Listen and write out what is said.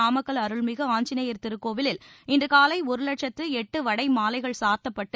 நாமக்கல் அருள்மிகு ஆஞ்சநேயர் திருக்கோவிலில் இன்று காலை ஒரு லட்சத்து எட்டு வடை மாலைகள் சாத்தப்பட்டு